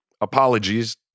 apologies